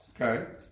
Okay